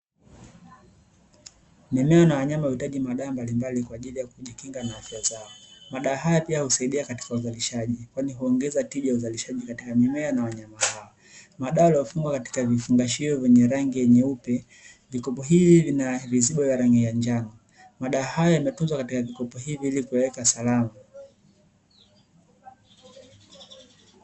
Mimea na wanyama huhitaji madawa mbalimbali ili kujinga na afya zao, madawa haya pia husaidia katika uzalishaji kwa kuongeza tija ya uzalishaji katika mimea na wanyama, madawa yaliyofungwa katika vifungashio vyenye rangi nyeupe, vikopo hivi vyenye vizibo vyenye rangi ya njano. Madawa haya yametunzwa kwenye vikopo hivyo ili kuwa salama.